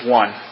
one